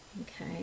Okay